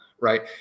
right